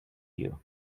you